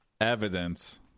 evidence